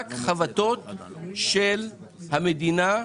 שק חבטות של המדינה.